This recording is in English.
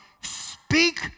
speak